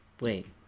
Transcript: Wait